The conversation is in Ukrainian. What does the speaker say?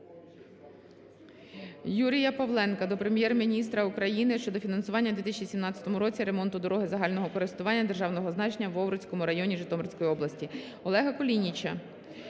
Юрія Павленка до Прем'єр-міністра України щодо фінансування у 2017 році ремонту дороги загального користування державного значення в Овруцькому районі Житомирської області. Олега Кулініча